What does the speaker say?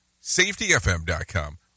safetyfm.com